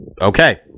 okay